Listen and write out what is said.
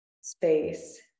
space